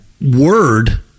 word